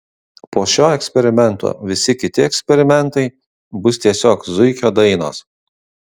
po šio eksperimento visi kiti eksperimentai bus tiesiog zuikio dainos